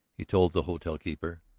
he told the hotel keeper.